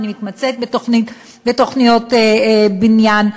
ואני מתמצאת בתוכניות בניין,